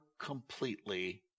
completely